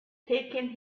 taking